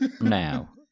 Now